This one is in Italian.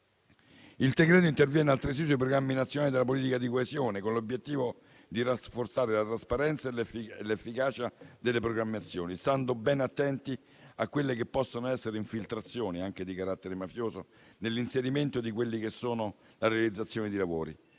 Il provvedimento interviene altresì sui programmi nazionali della politica di coesione, con l'obiettivo di rafforzare la trasparenza e l'efficienza delle programmazioni, stando ben attenti a quelle che possono essere infiltrazioni, anche di carattere mafioso, nella realizzazione dei lavori.